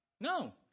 no